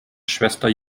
schwester